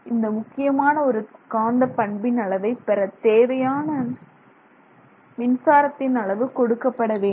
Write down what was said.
இந்த முக்கியமான ஒரு காந்தப் பண்பின் அளவை பெற தேவையான மின்சாரத்தின் அளவு கொடுக்கப்பட வேண்டும்